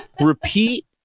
repeat